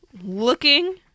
looking